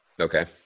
Okay